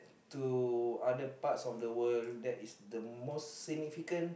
to other parts of the world that is the most significant